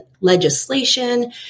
legislation